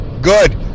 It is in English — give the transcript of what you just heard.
Good